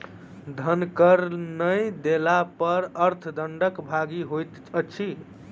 धन कर नै देला पर अर्थ दंडक भागी होइत छै